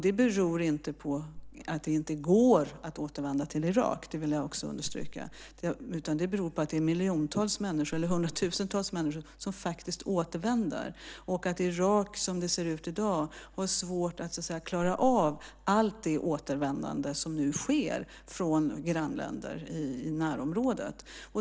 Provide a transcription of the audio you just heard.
Det beror inte på att det inte går att återvända till Irak - det vill jag också understryka - utan det beror på att det är hundratusentals människor som faktiskt återvänder och att Irak, som det ser ut i dag, har svårt att klara av allt det återvändande som nu sker från länder i närområdet.